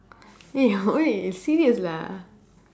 eh wait serious lah